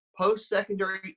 post-secondary